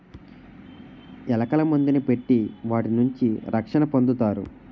ఎలకల మందుని పెట్టి వాటి నుంచి రక్షణ పొందుతారు